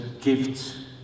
gifts